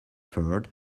third